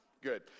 Good